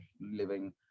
living